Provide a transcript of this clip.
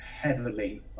heavily